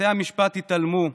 בתי המשפט התעלמו,